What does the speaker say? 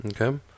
Okay